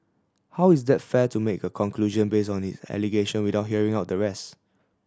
how is that fair to make a conclusion based on his allegation without hearing out the rest